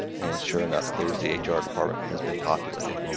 and sure enough, there's the hr department has been populated.